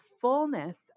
fullness